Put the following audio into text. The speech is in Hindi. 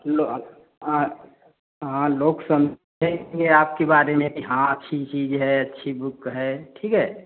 लो हाँ लोग समझेंगे आपके बारे में कि हाँ अच्छी चीज़ है अच्छी बुक है ठीक है